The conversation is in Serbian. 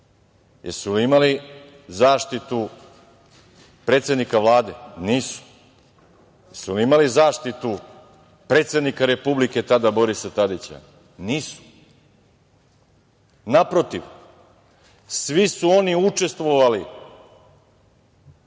Jesu li imali zaštitu predsednika Vlade? Nisu. Jesu li imali zaštitu predsednika Republike tada, Borisa Tadića? Nisu. Naprotiv, svi su oni učestvovali